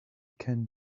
can